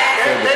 בסדר.